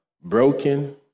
broken